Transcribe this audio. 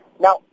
Now